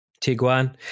Tiguan